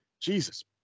Jesus